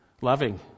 Loving